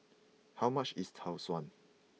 how much is Tau Suan